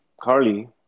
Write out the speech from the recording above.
Carly